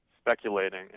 speculating